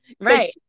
Right